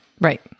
Right